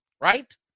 right